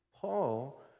Paul